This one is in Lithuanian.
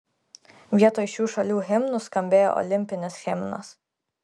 vietoj šių šalių himnų skambėjo olimpinis himnas